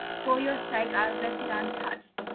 for your sake i have left it untouched,